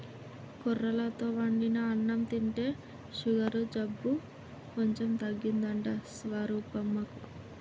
కొర్రలతో వండిన అన్నం తింటే షుగరు జబ్బు కొంచెం తగ్గిందంట స్వరూపమ్మకు